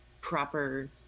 proper